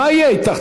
מה יהיה איתך,